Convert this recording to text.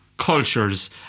cultures